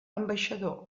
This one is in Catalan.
ambaixador